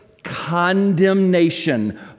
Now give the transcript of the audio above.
condemnation